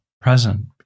present